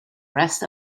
rest